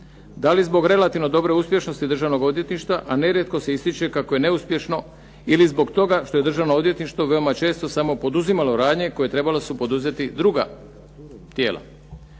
Da li zbog relativno dobre uspješnosti Državnog odvjetništva, a nerijetko se ističe kako je neuspješno ili zbog toga što je Državno odvjetništvo veoma često samo poduzimalo radnje koje je trebala su poduzeti druga tijela.